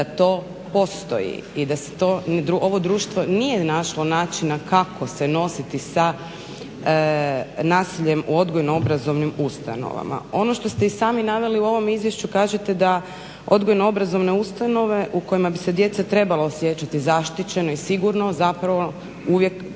da to postoji i da se to, ovo društvo nije našlo načina kako se nositi sa nasiljem u odgojno obrazovnim ustanovama. Ono što ste sami i naveli u ovom izvješću kažete da odgojno obrazovne ustanovama u kojima bi se djeca trebala osjećati zaštićeno i sigurno zapravo uvijek,